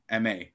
MA